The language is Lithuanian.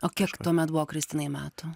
o kiek tuomet buvo kristinai metų